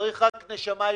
אלא רק נשמה יהודית.